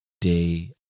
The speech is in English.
day